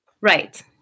Right